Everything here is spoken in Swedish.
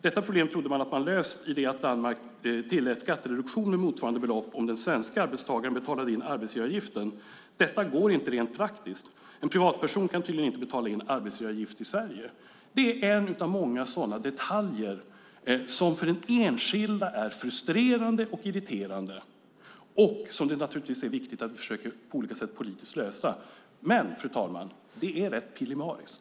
Detta problem trodde man att man hade löst i och med att Danmark tillät skattereduktion med motsvarande belopp om den svenska arbetstagaren betalade in arbetsgivaravgiften. Detta går inte rent praktiskt. En privatperson kan tydligen inte betala in arbetsgivaravgift i Sverige. Detta är en av många detaljer som för den enskilda är frustrerande och irriterande och som det är viktigt att vi på olika sätt försöker lösa politiskt. Men, fru talman, det är rätt pillemariskt.